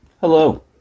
Hello